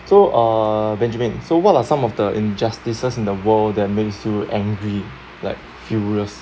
so uh benjamin so what are some of the injustices in the world that makes you angry like furious